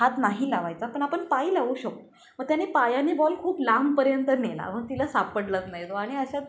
हात नाही लावायचा पण आपण पाय लावू शक मग त्याने पायाने बॉल खूप लांबपर्यंत नेला मग तिला सापडलाच नाही तो आणि अशा